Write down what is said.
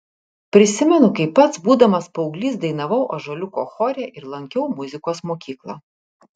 prisimenu kaip pats būdamas paauglys dainavau ąžuoliuko chore ir lankiau muzikos mokyklą